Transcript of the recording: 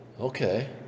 Okay